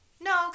No